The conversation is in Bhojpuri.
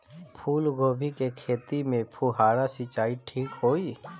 फूल गोभी के खेती में फुहारा सिंचाई ठीक होई?